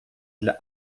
для